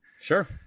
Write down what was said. Sure